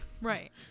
right